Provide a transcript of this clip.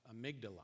amygdala